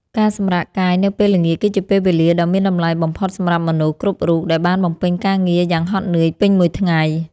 ការសម្រាកកាយនៅពេលល្ងាចគឺជាពេលវេលាដ៏មានតម្លៃបំផុតសម្រាប់មនុស្សគ្រប់រូបដែលបានបំពេញការងារយ៉ាងហត់នឿយពេញមួយថ្ងៃ។